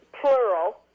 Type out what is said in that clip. plural